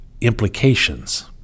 implications